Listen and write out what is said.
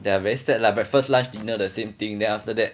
then I very sad lah breakfast lunch dinner the same thing then after that